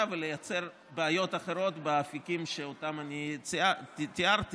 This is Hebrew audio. ולייצר בעיות אחרות באפיקים שאותם תיארתי.